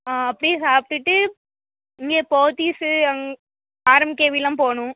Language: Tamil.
அப்படியே சாப்பிடுட்டு இங்கே போத்தீஸு அங் ஆர்எம்கேவி எல்லாம் போகணும்